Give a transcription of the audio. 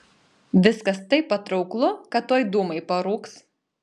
viskas taip patrauklu kad tuoj dūmai parūks